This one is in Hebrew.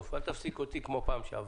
חנניה אפנג'ר ממשרד